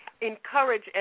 encourage